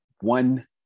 one